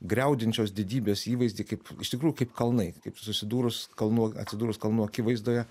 griaudinčios didybės įvaizdį kaip iš tikrųjų kaip kalnai kaip susidūrus kalnų atsidūrus kalnų akivaizdoje